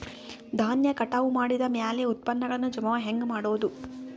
ಧಾನ್ಯ ಕಟಾವು ಮಾಡಿದ ಮ್ಯಾಲೆ ಉತ್ಪನ್ನಗಳನ್ನು ಜಮಾ ಹೆಂಗ ಮಾಡೋದು?